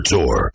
Tour